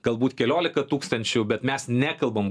galbūt keliolika tūkstančių bet mes nekalbam